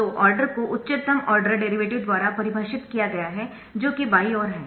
तो ऑर्डर को उच्चतम ऑर्डर डेरिवेटिव द्वारा परिभाषित किया गया है जो कि बाईं ओर है